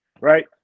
right